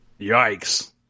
Yikes